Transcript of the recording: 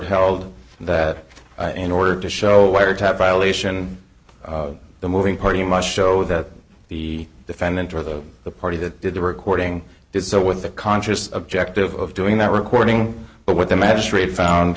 held that in order to show a wiretap violation the moving party must show that the defendant or the the party that did the recording did so with the conscious objective of doing that recording but what the